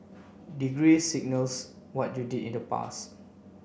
degree signals what you did in the past